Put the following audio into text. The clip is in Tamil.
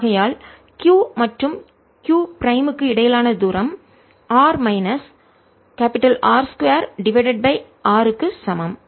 ஆகையால் q மற்றும் q ப்ரைம் க்கு இடையிலான தூரம் r minus R 2 divided by r க்கு சமம்